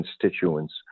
constituents